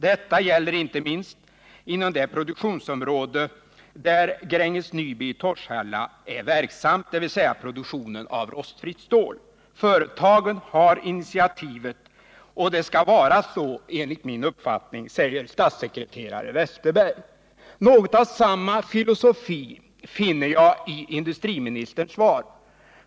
Detta gäller inte minst inom det produktionsområde där Gränges Nyby i Torshälla är verksamt, dvs. produktionen av rostfritt stål. Företagen har initiativet, och det skall vara så enligt min uppgift, säger Bengt Westerberg. Något av samma filosofi finner jag i industriministerns svar.